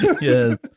Yes